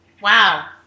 Wow